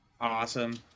Awesome